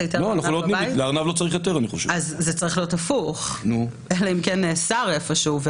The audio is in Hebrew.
היתר, אלא שיהיה לך אסור רק אם זה נאסר איפשהו.